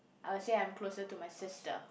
I'll say I'm closer to my sister